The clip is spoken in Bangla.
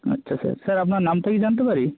আচ্ছা স্যার স্যার আপনার নামটা কি জানতে পারি